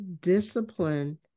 discipline